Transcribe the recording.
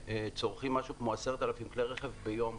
שצורכים משהו כמו 10,000 כלי רכב ביום,